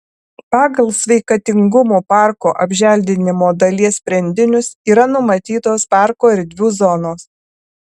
pagal sveikatingumo parko apželdinimo dalies sprendinius yra numatytos parko erdvių zonos